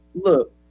look